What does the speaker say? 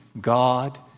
God